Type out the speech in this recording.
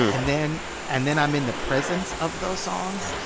and then and then i'm in the presence of those songs,